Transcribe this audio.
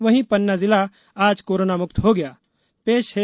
वहीं पन्ना जिला आज कोरोना मुक्त हो गया है